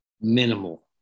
Minimal